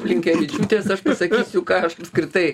blinkevičiūtės aš pasakysiu ką aš apskritai